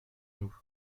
nous